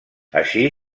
així